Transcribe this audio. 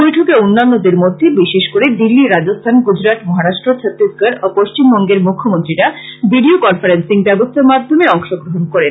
বৈঠকে অন্যান্যদের মধ্যে বিশেষ করে দিল্লী রাজস্থান গুজরাট মহারাষ্ট্র ছতিশগড় ও পশ্চিমবঙ্গ মুখ্যমন্ত্রীরা বিডিও কনফারেন্সিং ব্যবস্থার মাধ্যমে অংশগ্রহন করেন